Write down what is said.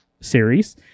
series